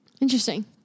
Interesting